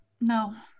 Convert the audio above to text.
No